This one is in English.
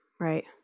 Right